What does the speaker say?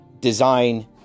design